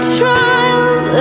trials